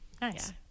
nice